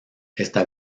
esta